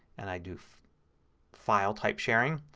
and i'll do file type sharing.